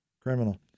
criminal